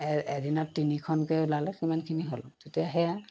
এ এদিনত তিনিখনকৈ ওলালে কিমানখিনি হ'ল তেতিয়া সেয়া